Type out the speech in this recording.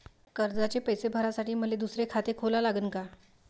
कर्जाचे पैसे भरासाठी मले दुसरे खाते खोला लागन का?